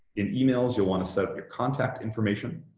in emails you'll want to set up your contact information,